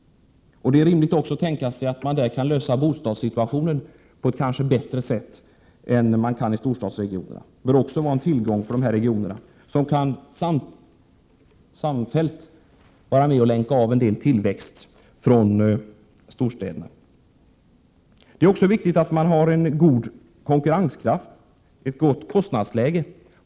I de mellanstora städerna bör också rimligtvis bostadssituationen kunna lösas på ett bättre sätt än i storstadsregionerna. En annan tillgång för de här regionerna bör också vara att de samfällt kan vara med och länka av en del tillväxt från storstäderna. Det är också viktigt att man har en god konkurrenskraft, ett gott kostnadsläge.